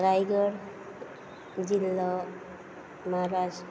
रायगड जिल्लो म्हाराष्ट्र